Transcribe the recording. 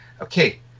Okay